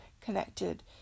connected